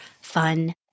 fun